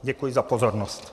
Děkuji za pozornost.